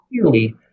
clearly